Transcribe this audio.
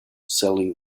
selling